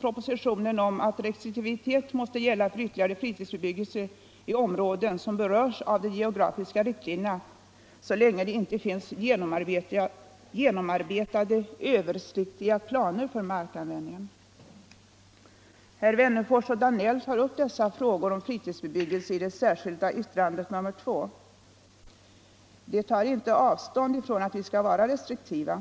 propositionen att restriktivitet måste gälla för ytterligare fritidsbebyggelse i områden som berörs av de geografiska riktlinjerna så länge det inte finns genomarbetade översiktliga planer för markanvändning. Herrar Wennerfors och Danell tar upp dessa frågor om fritidsbebyggelse i det särskilda yttrandet nr 2 vid civilutskottets betänkande nr 1. De tar inte avstånd från kravet på restriktivitet.